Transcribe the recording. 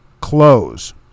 close